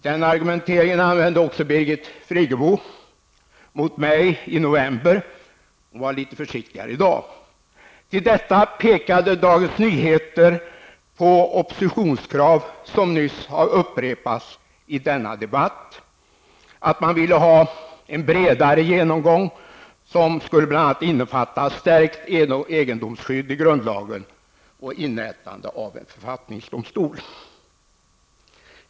Den argumenteringen använde också Birgit Friggebo mot mig i november, men hon var litet försiktigare i dag. Dagens Nyheter pekade också på oppositionskrav som nyss har upprepats i denna debatt. Man ville ha en bredare genomgång, som bl.a. skulle innefatta en stärkning av egendomsskyddet i grundlagen och inrättandet av en författningsdomstol.